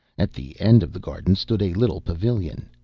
at the end of the garden stood a little pavilion.